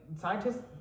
scientists